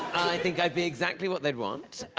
i think i'd be exactly what they'd want.